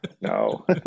No